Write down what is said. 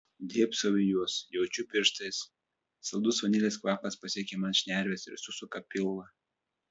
dėbsau į juos jaučiu pirštais saldus vanilės kvapas pasiekia man šnerves ir susuka pilvą